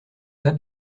pas